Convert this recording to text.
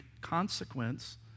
consequence